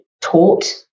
taught